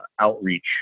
outreach